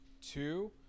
Two